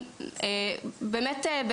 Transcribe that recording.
חסרים